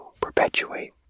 perpetuate